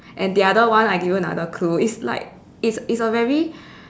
and the other one I give you another clue it's like like it's a very